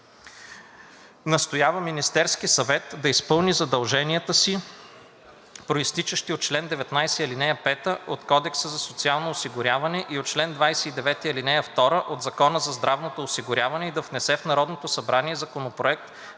Настоява Министерският съвет да изпълни задълженията си, произтичащи от чл. 19, ал. 5 от Кодекса за социалното осигуряване и от чл. 29, ал. 2 от Закона за здравното осигуряване, и да внесе в Народното събрание Законопроект